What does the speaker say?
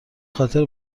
خاطر